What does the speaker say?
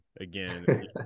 again